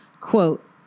quote